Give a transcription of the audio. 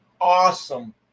awesome